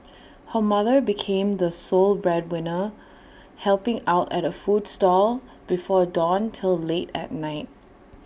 her mother became the sole breadwinner helping out at A food stall before dawn till late at night